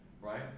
right